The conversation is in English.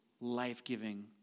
life-giving